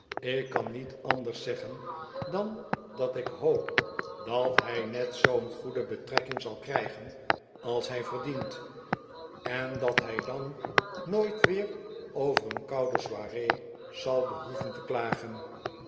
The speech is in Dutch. ik kan niet anders zeggen dan dat ik hoop dat hij net zoo'n go'ede betrekking zal krijgen als hij verdient en dat hij dan nooit weer over een koude soiree zal behoeven te klagen